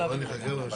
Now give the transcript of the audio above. (הישיבה נפסקה בשעה 15:46 ונתחדשה בשעה 15:51.)